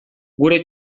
gure